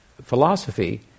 philosophy